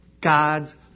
God's